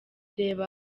reba